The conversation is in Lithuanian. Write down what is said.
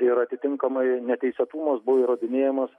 ir atitinkamai neteisėtumas buvo įrodinėjamas